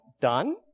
done